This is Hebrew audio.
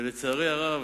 לצערי הרב,